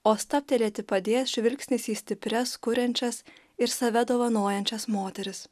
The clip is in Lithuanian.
o stabtelėti padės žvilgsnis į stiprias kuriančias ir save dovanojančias moteris